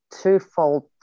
twofold